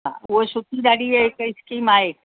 हा उहो सुठी ॾाढी इहा हिकु स्कीम आहे